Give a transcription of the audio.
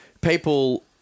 people